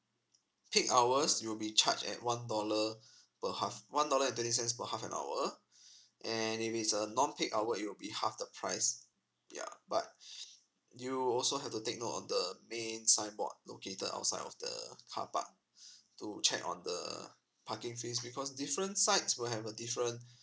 peak hours you'll be charged at one dollar per half one dollar and twenty cents per half an hour and if it's a non peak hour it would be half the price ya but you also have to take note of the the main signboard located outside of the car park to check on the parking fees because different sides will have a different